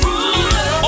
Ruler